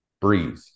Breathe